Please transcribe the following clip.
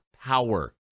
power